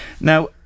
Now